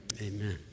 Amen